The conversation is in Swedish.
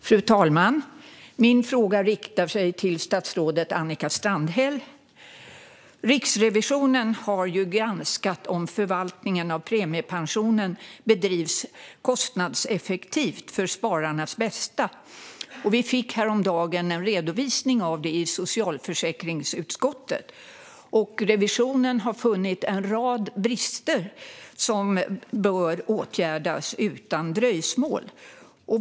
Fru talman! Min fråga riktar sig till statsrådet Annika Strandhäll. Riksrevisionen har granskat om förvaltningen av premiepensionen bedrivs kostnadseffektivt för spararnas bästa. Vi i socialförsäkringsutskottet fick häromdagen en redovisning av detta. Revisionen har funnit en rad brister som bör åtgärdas utan dröjsmål.